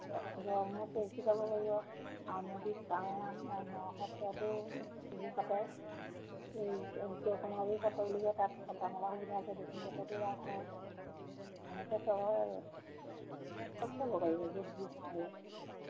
গড়মূৰত চাব পাৰিব আউনীআটীত পাল নাম নসত্ৰতো সেইবোৰ পাতে সেই উত্তৰ কমলাবাৰী সত্ৰ বুলি কয় তাত থকা মেলা সুবিধা আছে দক্ষিণপাটতো ৰাস হয় এনেকৈ চব হয় আৰু চব চাব পাৰিব য'ত যি চাওঁ বোলে